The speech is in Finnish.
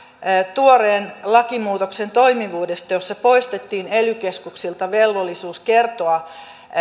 tuoreen lakimuutoksen toimivuudesta jossa poistettiin ely keskuksilta velvollisuus kertoa